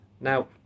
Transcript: Now